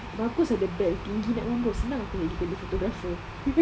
bagus ada black tinggi nak mampus senang aku nak jadi photographer